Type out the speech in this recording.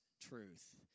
truth